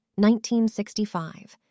1965